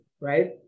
right